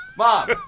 Mom